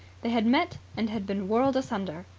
they had met and had been whirled asunder.